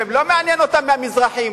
שלא מעניין אותם מהמזרחים.